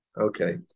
Okay